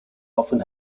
often